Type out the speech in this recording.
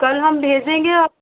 कल हम भेजेंगे